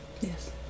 Yes